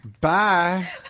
Bye